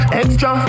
extra